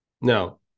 now